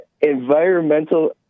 environmental